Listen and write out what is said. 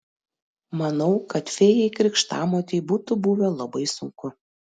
manau kad fėjai krikštamotei būtų buvę labai sunku